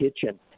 kitchen